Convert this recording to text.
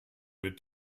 mit